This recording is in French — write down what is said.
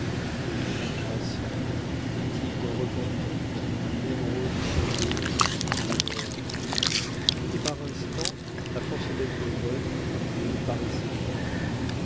des lions graciés des tigres repentants nemrod sauvé néron en pleurs et par instants à force d'être bonne elle paraissait folle